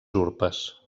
urpes